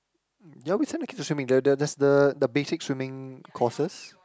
they always send their kid to swimming there there's the the basic swimming courses